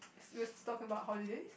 suppose to talk about holidays